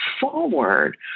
forward